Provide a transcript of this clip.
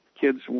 Kids